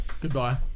Goodbye